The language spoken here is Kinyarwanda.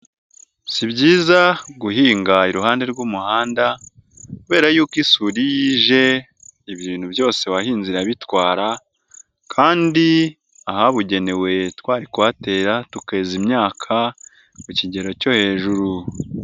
Si byiza guhinga iruhande rw'umuhanda kubera y'uko isuri iyo ije ibintu byose wahinze irabitwara kandi ahabugenewe twari kuhatera tukeza imyaka ku kigero cyo hejuru.